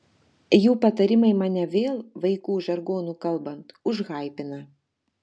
jų patarimai mane vėl vaikų žargonu kalbant užhaipina